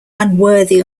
unworthy